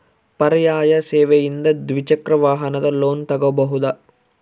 ಪರ್ಯಾಯ ಸೇವೆಯಿಂದ ದ್ವಿಚಕ್ರ ವಾಹನದ ಲೋನ್ ತಗೋಬಹುದಾ?